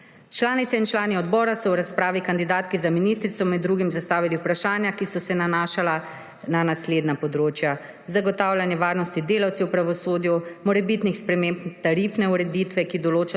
Članice in člani odbora so v razpravi kandidatki za ministrico med drugim zastavili vprašanja, ki so se nanašala na naslednja področja: zagotavljanje varnosti delavcev v pravosodju, morebitne spremembe tarifne ureditve, ki določa denarno